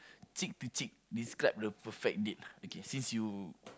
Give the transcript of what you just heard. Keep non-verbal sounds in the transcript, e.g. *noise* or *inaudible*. *breath* cheek to cheek describe the perfect date okay since you